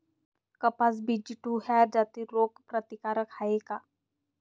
कपास BG two ह्या जाती रोग प्रतिकारक हाये का?